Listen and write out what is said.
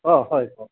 অঁ হয় কওক